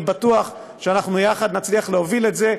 אני בטוח שיחד נצליח להוביל את זה,